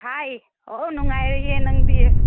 ꯍꯥꯏ ꯑꯣ ꯅꯨꯡꯉꯥꯏꯔꯤꯌꯦ ꯅꯪꯗꯤ